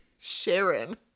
Sharon